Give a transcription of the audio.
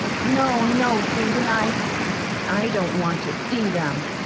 no, no, susan, i i don't want to see them,